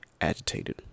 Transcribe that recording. agitated